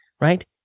right